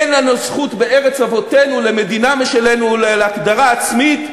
אין לנו זכות בארץ אבותינו למדינה משלנו ולהגדרה עצמית.